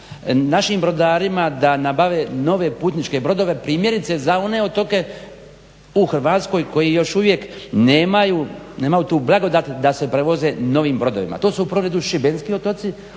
našim brodarima da nabave nove putničke brodove primjerice za one otoke u Hrvatskoj koji još uvijek nemaju, nemaju tu blagodat da se prevoze novim brodovima. To su u prvom redu šibenski otoci,